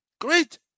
Great